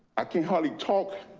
i can't hardly talk.